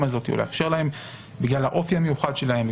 הזאת ולאפשר להם בגלל האופי המיוחד שלהם,